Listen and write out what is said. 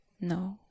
no